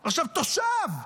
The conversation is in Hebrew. תושב,